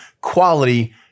quality